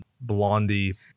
Blondie